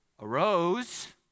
Arose